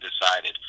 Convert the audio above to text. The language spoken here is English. decided